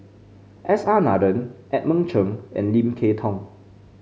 S R Nathan Edmund Cheng and Lim Kay Tong